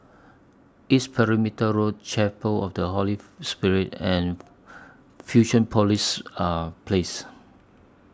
East Perimeter Road Chapel of The Holy Spirit and Fusionopolis Place